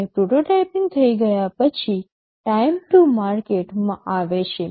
અને પ્રોટોટાઇપિંગ થઈ ગયા પછી ટાઇમ ટૂ માર્કેટ માં આવે છે